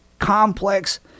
complex